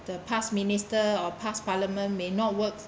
the past minister or pass parliament may not work